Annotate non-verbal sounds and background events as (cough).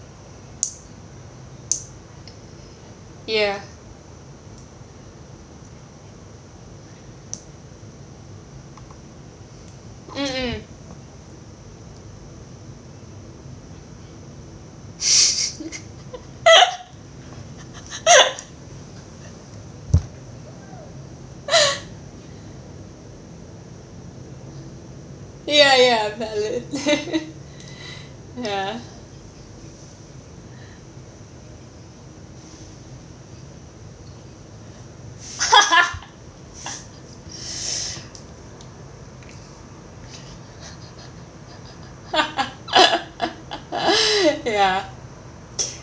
ya mmhmm (laughs) ya ya valid ya (laughs) (laughs) ya